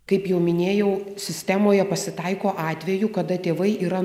kaip jau minėjau sistemoje pasitaiko atvejų kada tėvai yra